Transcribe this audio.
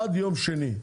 עד יום שני.